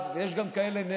וממילא התרופה 50,000 שקלים,